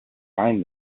find